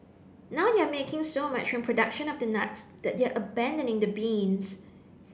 now they're making so much from production of the nuts that they're abandoning the beans